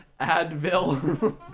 advil